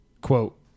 Quote